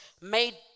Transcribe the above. made